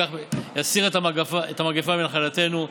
יסיר את המגפה מנחלתנו,